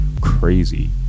crazy